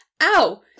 Ow